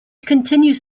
continues